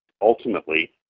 ultimately